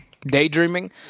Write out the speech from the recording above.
Daydreaming